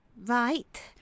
Right